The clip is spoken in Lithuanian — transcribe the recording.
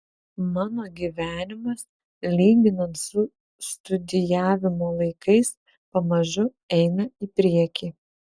mano gyvenimas lyginant su studijavimo laikais pamažu eina į priekį